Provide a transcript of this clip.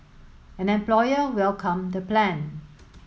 an employer welcomed the plan